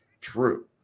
true